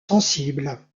sensible